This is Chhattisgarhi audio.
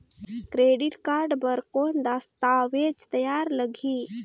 क्रेडिट कारड बर कौन दस्तावेज तैयार लगही?